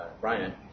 Brian